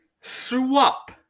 swap